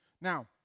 Now